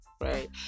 right